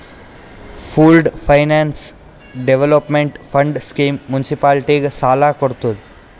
pooled finance development fund scheme ಮುನ್ಸಿಪಾಲಿಟಿಗ ಸಾಲ ಕೊಡ್ತುದ್